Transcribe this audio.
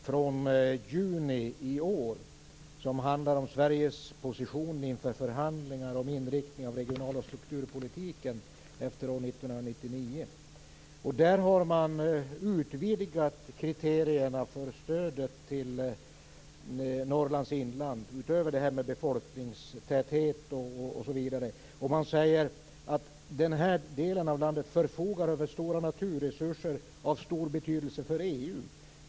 Fru talman! Jag vill ställa en fråga till Anders Jag har en promemoria från Näringsdepartementet från juni i år. Den handlar om Sveriges position inför förhandlingarna om inriktning av den regionala strukturpolitiken efter 1999. Man har utvidgat kriterierna för stödet till Norrlands inland utöver detta med befolkningstäthet. Man säger att den här delen av landet förfogar över stora naturresurser av stor betydelse för EU.